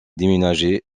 déménagé